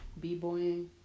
b-boying